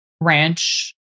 ranch